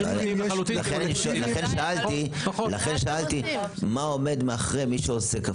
לכן שאלתי מה עומד מאחורי מי שעושה כפול?